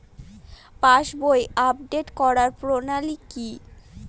পাসবই update করার প্রণালী কি?